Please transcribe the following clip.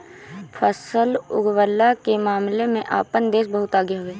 फसल उगवला के मामला में आपन देश बहुते आगे हवे